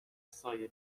سایه